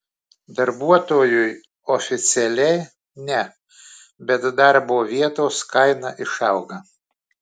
darbuotojui oficialiai ne bet darbo vietos kaina išauga